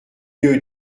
mieux